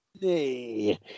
Hey